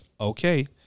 okay